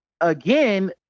again